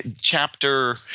chapter